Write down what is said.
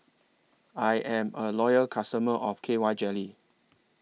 I Am A Loyal customer of K Y Jelly